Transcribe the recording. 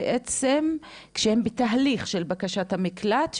בעצם כשהם בתהליך של בקשת המקלט שלהם,